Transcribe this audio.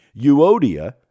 Euodia